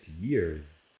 years